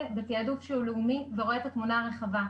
בתיעדוף שהוא לאומי ורואה את התמונה הרחבה.